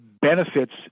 benefits